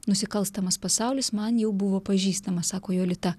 nusikalstamas pasaulis man jau buvo pažįstamas sako jolita